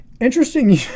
interesting